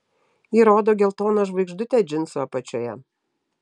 ji rodo geltoną žvaigždutę džinsų apačioje